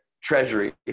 treasury